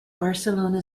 barcelona